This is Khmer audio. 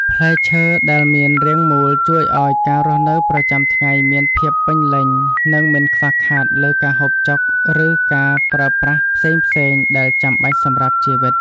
ផ្លែឈើដែលមានរាងមូលជួយឱ្យការរស់នៅប្រចាំថ្ងៃមានភាពពេញលេញ និង មិនខ្វះខាតលើការហូបចុកឬការប្រើប្រាស់ផ្សេងៗដែលចាំបាច់សម្រាប់ជីវិត។